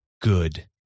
good